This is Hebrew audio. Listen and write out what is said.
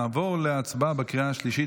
נעבור להצבעה בקריאה השלישית.